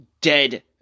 dead